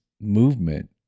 movement